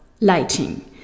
lighting